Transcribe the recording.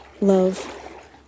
love